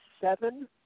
seven